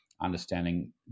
understanding